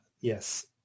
yes